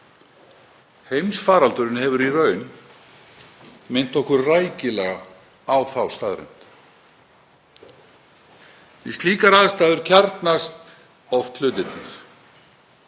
Heimsfaraldurinn hefur í raun minnt okkur rækilega á þá staðreynd. Við slíkar aðstæður kjarnast oft hlutirnir.